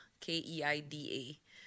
K-E-I-D-A